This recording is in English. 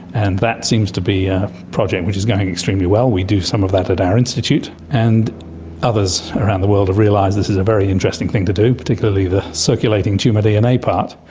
and that seems to be a project which is going extremely well. we do some of that at our institute. and others around the world have realised this is a very interesting thing to do, particularly the circulating tumour dna part.